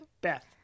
Beth